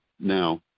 Now